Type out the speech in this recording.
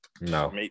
No